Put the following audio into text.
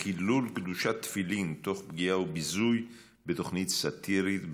בנושא: חילול קדושת תפילין תוך פגיעה וביזוי בתוכנית סאטירית.